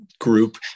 group